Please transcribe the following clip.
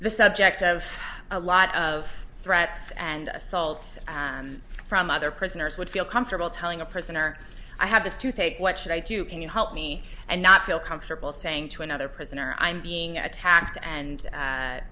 the subject of a lot of threats and assaults from other prisoners would feel comfortable telling a prisoner i have a tooth ache what should i do can you help me and not feel comfortable saying to another prisoner i'm being attacked and